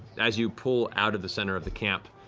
as you pull out of the center of the camp,